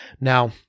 Now